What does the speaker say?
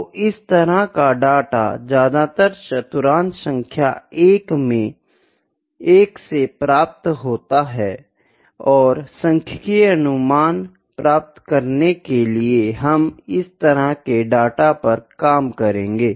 तो इस तरह का डेटा ज्यादातर चतुर्थांश सांख्य 1 से प्राप्त होता है और सांख्यिकीय अनुमान प्राप्त करने के लिए हम इस तरह के डेटा पर काम करेंगे